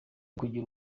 kugira